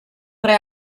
tre